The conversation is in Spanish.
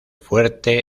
fuerte